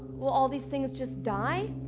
will all these things just die?